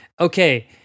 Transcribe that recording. Okay